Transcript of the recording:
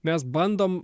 mes bandom